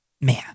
man